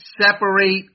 separate